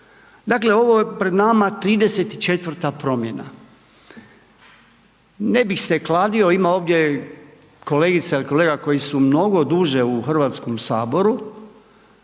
Dakle ovo je pred nama 34 promjena. Ne bih se kladio, ima ovdje kolegica ili kolega, koji su mnogo duže u Hrvatskom saboru,